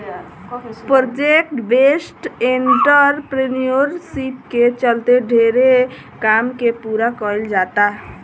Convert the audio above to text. project based entrepreneurship के चलते ढेरे काम के पूरा कईल जाता